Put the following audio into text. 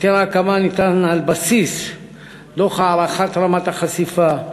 היתר ההקמה ניתן על בסיס דוח הערכת רמת החשיפה.